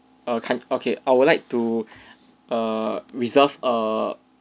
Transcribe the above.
err can okay I would like to err reserve err